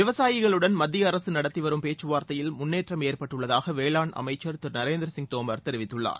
விவசாயிகளுடன் மத்திய அரசு நடத்தி வரும் பேக்கவார்த்தையில் முன்னேற்றம் ஏற்பட்டுள்ளதாக வேளாண் அமைச்சர் திரு நரேந்திர சிங் தோமர் தெரிவித்துள்ளார்